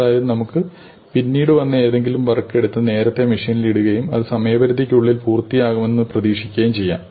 അതായത് നമുക്ക് പിന്നീട് വന്ന എന്തെങ്കിലും വർക് എടുത്ത് നേരത്തെ മെഷീനിൽ ഇടുകയും അത് സമയപരിധിക്കുള്ളിൽ പൂർത്തിയാക്കുമെന്ന് പ്രതീക്ഷിക്കുകയും ചെയ്യാം